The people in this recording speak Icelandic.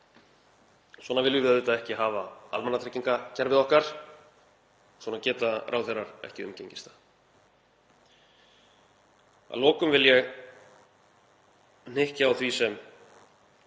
Svona viljum við auðvitað ekki hafa almannatryggingakerfið okkar. Svona geta ráðherrar ekki umgengist það. Að lokum vil ég hnykkja á því sem